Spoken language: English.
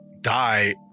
die